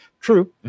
True